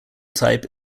type